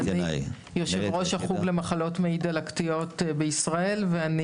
יושבת-ראש החוג למחלות מעי דלקתיות בישראל ואני